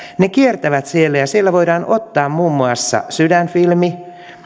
ne kiertävät siellä ja siellä voidaan ottaa muun muassa sydänfilmi